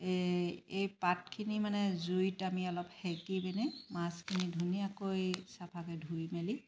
এই এই পাতখিনি মানে জুইত আমি অলপ সেকিকেনে মাছখিনি ধুনীয়াকৈ চফাকৈ ধুই মেলি